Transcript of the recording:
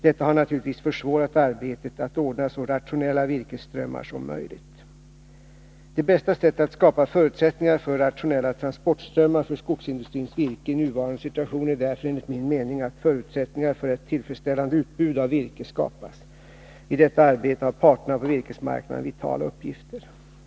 Detta har naturligtvis försvårat arbetet att ordna så rationella virkesströmmar som möjligt. Det bästa sättet att skapa förutsättningar för rationella transportströmmar för skogsindustrins virke i nuvarande situation är därför enligt min mening att förutsättningar för ett tillfredsställande utbud av virke skapas. I detta arbete har parterna på virkesmarknaden vitala uppgifter.